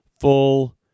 full